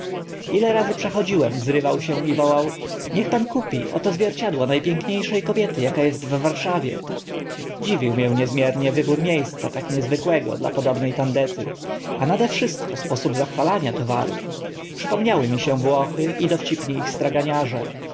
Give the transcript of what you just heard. ile razy przechodziłem zrywał się i wołał niech pan kupi oto zwierciadło na pięknie sze kobiety aka est w warszawie dziwił mię niezmiernie wybór mie sca tak niezwykłego dla podobne tandety a nade wszystko sposób zachwalania towaru przypomniały mi się włochy i dowcipni ich straganiarze